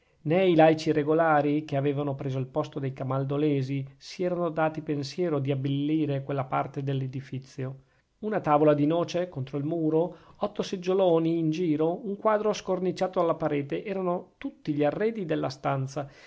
i laici regolari che avevano preso il posto dei camaldolesi si erano dati pensiero di abbellire quella parte dell'edifizio una tavola di noce contro il muro otto seggioloni in giro un quadro scorniciato alla parete erano tutti gli arredi della stanza